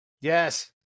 Yes